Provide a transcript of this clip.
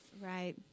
right